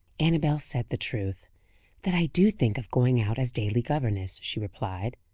annabel said the truth that i do think of going out as daily governess, she replied,